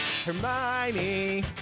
Hermione